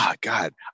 God